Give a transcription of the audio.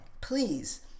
please